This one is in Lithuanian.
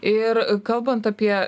ir kalbant apie